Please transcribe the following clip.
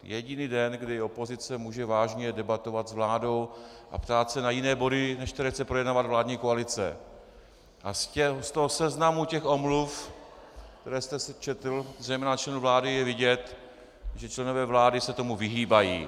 Jediný den, kdy opozice může vážně debatovat s vládou a ptát se na jiné body, než které chce projednávat vládní koalice, a z toho seznamu omluv, které jste četl, zejména členů vlády, je vidět, že členové vlády se tomu vyhýbají.